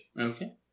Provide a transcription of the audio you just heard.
Okay